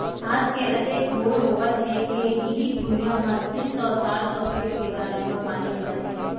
आज अतेक बोर होवत हे के इहीं भुइयां म तीन सौ चार सौ फीट के गहरई म पानी मिलत हे